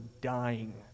dying